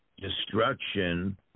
destruction